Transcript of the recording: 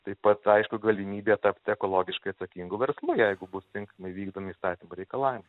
taip pat aišku galimybė tapti ekologiškai atsakingu verslu jeigu bus tinkamai vykdomi įstatymų reikalavimai